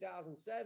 2007